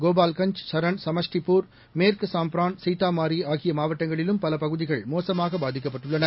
கோபால்கஞ்ச் சரண் சமஸ்டிபூர் மேற்குசாம்ப்ராள் சீத்தாமாரிஆகியமாவட்டங்களிலும் பலபகுதிகள் மோசமாகபாதிக்கப்பட்டுள்ளன